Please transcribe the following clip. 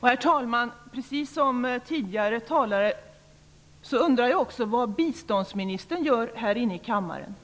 är och vad han vet. Herr talman! Precis som tidigare talare undrar jag också vad biståndsministern gör här inne i kammaren.